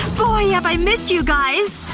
boy, have i missed you guys.